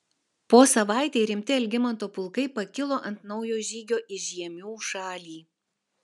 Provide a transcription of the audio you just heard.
po savaitei rimti algimanto pulkai pakilo ant naujo žygio į žiemių šalį